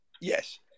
Yes